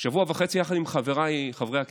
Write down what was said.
שבוע וחצי יחד עם חבריי חברי הכנסת,